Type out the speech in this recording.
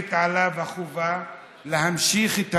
מוטלת עליו החובה להמשיך את המאבק.